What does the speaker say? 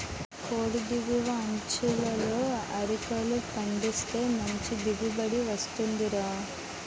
కొండి దిగువ అంచులలో అరికలు పండిస్తే మంచి దిగుబడి వస్తుందిరా